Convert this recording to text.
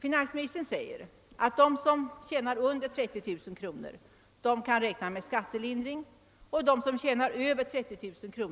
Finansministern sade att de som tjänar under 30000 kr. kan räkna med skattelindring, medan de som tjänar över 30 000 kr.